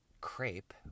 crepe